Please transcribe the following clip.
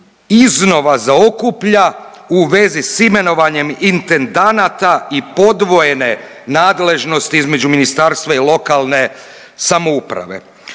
iznova zaokuplja u vezi s imenovanjem intendanata i podvojene nadležnosti između ministarstva i lokalne samouprave.